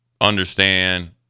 understand